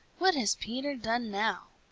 what has peter done now?